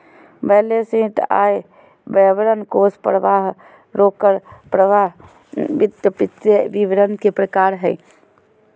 balance sheet, आय विवरण, कोष परवाह, रोकड़ परवाह सब वित्तीय विवरण के प्रकार हय